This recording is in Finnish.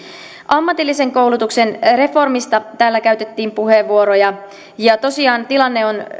ammatillisen koulutuksen reformista täällä käytettiin puheenvuoroja ja tosiaan tilanne on